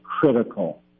critical